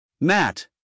Matt